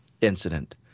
incident